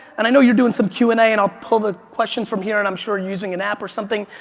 and i know you're doing some q and a and i'll put the questions from here and i'm sure using an app or something,